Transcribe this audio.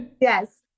Yes